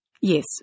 Yes